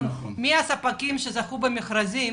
מי הספקים שזכו במכרזים?